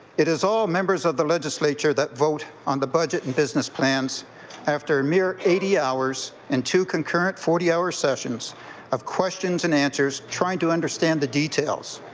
it is all members of the legislature that vote on the budget and business plans after a mere eighty hours and two concurrent forty hour sessions of questions and answers trying to understand the details.